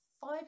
five